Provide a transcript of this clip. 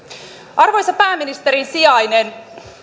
arvoisa pääministerin sijainen